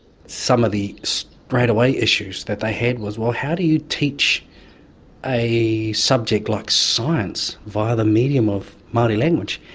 some of the straightaway issues that they had was, well, how do you teach a subject like science via the medium of the maori language?